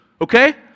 Okay